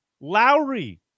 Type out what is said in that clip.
Lowry